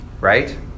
Right